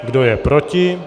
Kdo je proti?